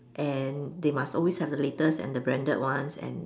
and they must always have the latest and branded ones and